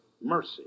mercy